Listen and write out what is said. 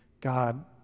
God